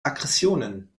aggressionen